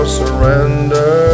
surrender